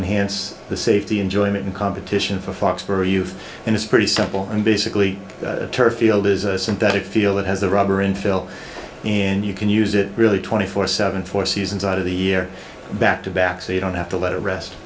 enhance the safety enjoyment and competition for fox for youth and it's pretty simple and basically turf field is a synthetic feel that has a rubber infill and you can use it really twenty four seven four seasons out of the year back to back so you don't have to let it rest